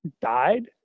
died